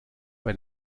bei